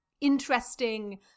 interesting